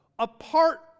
apart